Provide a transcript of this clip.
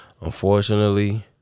Unfortunately